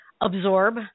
absorb